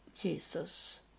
Jesus